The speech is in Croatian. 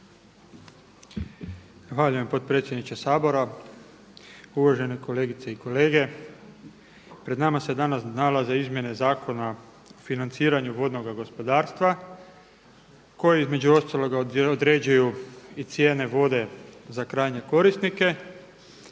Zahvaljujem potpredsjedniče Sabora, uvažene kolegice i kolege. Pred nama se danas nalaze izmjene Zakona o financiranju vodnoga gospodarstva koje između ostaloga određuju i cijene vode za krajnje korisnike.